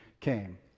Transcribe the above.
came